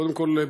קודם כול,